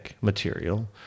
material